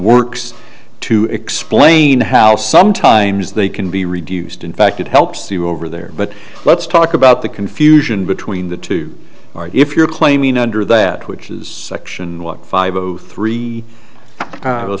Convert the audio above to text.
works to explain how sometimes they can be reduced in fact it helps you over there but let's talk about the confusion between the two if you're claiming under that which is section what five zero three